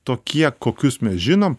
tokie kokius mes žinom